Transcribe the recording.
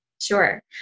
Sure